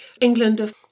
England